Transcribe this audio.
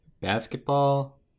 basketball